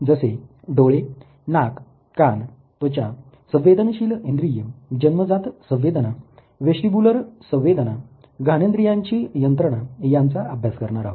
जसे डोळे नाक कान त्वचा संवेदनशील इंद्रिय जन्मजात संवेदना वेस्टीबुलर संवेदना घाणेन्द्रीयांची यंत्रणा यांचा अभ्यास करणार आहोत